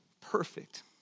perfect